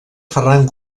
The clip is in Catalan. ferran